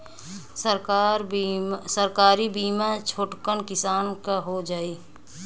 सरकारी बीमा छोटकन किसान क हो जाई?